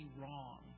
wrong